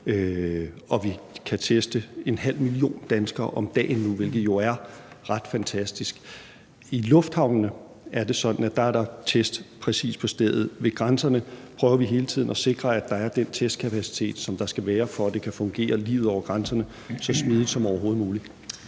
og vi kan nu teste en halv million danskere om dagen, hvilket jo er ret fantastisk. I lufthavnene er det sådan, at der er test præcis på stedet, og ved grænserne prøver vi hele tiden at sikre, at der er den testkapacitet, som der skal være, for at livet over grænserne kan fungere så smidigt som overhovedet muligt.